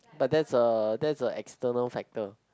but that's a that's a external factor